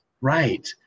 Right